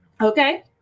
okay